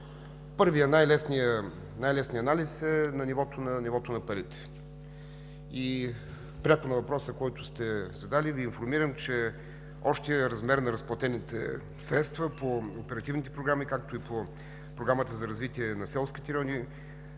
Първият, най-лесният анализ е нивото на парите. Пряко на въпроса, който сте задали, Ви информирам, че общият размер на разплатените средства по оперативните програми, както и по Програмата за развитие на селските райони